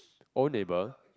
old neighbor